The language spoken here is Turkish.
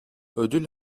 ödül